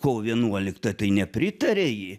kovo vienuoliktą tai nepritarė ji